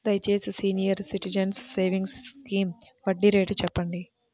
దయచేసి senior citizens savings scheme వడ్డీ rate చెప్పండి